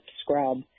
scrub